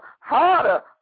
harder